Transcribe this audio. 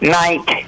night